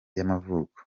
y’amavuko